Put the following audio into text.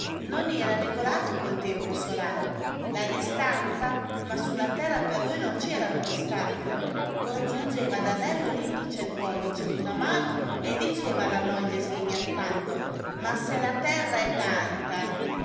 non era regolato col tempo solare la distanza ma su la terra per lui non ci erano distanze congiungeva ad anello l'indice e il pollice d'una mano e diceva alla moglie sghignazzando ma se la terra è tanta